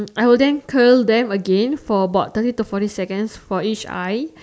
I will then Curl them again for about thirty to forty seconds for each eye